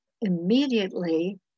immediately